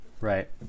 Right